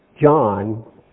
John